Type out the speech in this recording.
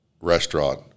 restaurant